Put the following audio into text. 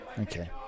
Okay